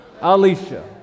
Alicia